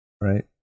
Right